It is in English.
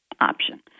option